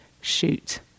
shoot